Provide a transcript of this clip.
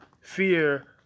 fear